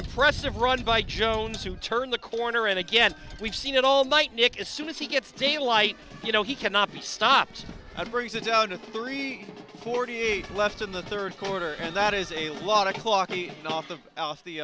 impressive run by jones who turn the corner and again we've seen it all might nick as soon as he gets daylight you know he cannot be stopped and brings it down to three forty eight left in the third quarter and that is a lot of clocky off the